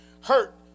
hurt